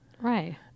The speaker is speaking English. right